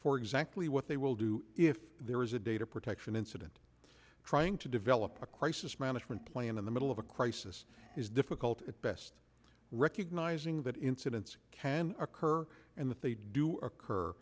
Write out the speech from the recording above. for exactly what they will do if there is a data protection incident trying to develop a crisis management plan in the middle of a crisis is difficult at best recognizing that incidents can occur and that they do occur